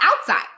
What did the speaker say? outside